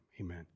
amen